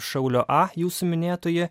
šaulio a jūsų minėtoje